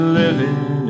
living